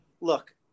Look